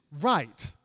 right